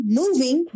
moving